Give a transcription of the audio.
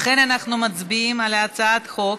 לכן אנחנו מצביעים על הצעת החוק.